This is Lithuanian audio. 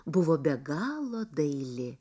buvo be galo daili